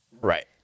Right